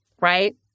right